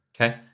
Okay